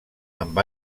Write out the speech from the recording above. amb